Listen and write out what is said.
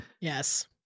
yes